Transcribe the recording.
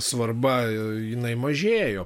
svarba jinai mažėjo